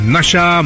Nasha